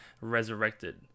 Resurrected